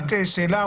רק שאלה,